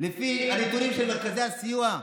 לפי הנתונים של מרכזי הסיוע,